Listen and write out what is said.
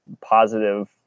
positive